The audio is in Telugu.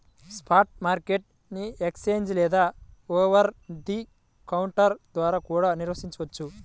స్పాట్ మార్కెట్ ని ఎక్స్ఛేంజ్ లేదా ఓవర్ ది కౌంటర్ ద్వారా కూడా నిర్వహించొచ్చు